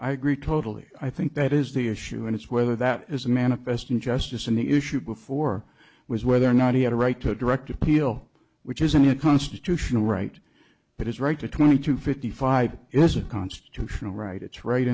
i agree totally i think that is the issue and it's whether that is a manifest injustice and the issue before was whether or not he had a right to direct appeal which is a new constitutional right but his right to twenty to fifty five is a constitutional right it's right